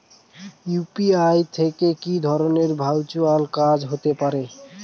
UPI থেকে কি ধরণের ভার্চুয়াল কাজ হতে পারে?